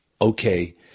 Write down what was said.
okay